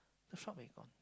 the shop may gone